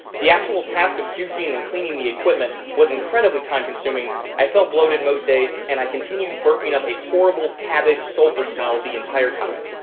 the actual task of juicing and cleaning the equipment was incredibly time consuming i felt bloated most days and i continued burping up a horrible cabbage sulfur smell the entire time.